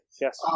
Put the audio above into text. Yes